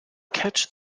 catch